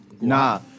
Nah